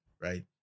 right